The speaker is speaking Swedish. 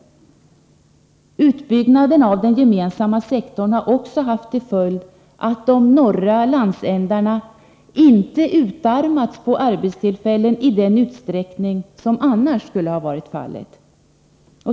Utbyggnaden av den gemensamma sektorn har också haft till följd att de norra landsdelarna inte utarmats på arbetstillfällen i den utsträckning som annars skulle ha varit fallet.